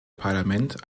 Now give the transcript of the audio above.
parlament